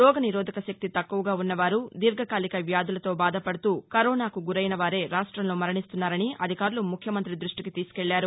రోగ నిరోధక శక్తి తక్కువగా ఉన్నవారు దీర్ఘకాలిక వ్యాధులతో బాధ పడుతూ కరోనాకు గురైన వారే రాష్టంలో మరణిస్తున్నారని అధికారులు ముఖ్యమంత్రి దృష్ణికి తీసుకెళ్లారు